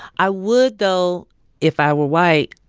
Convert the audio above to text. i would though if i were white,